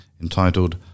entitled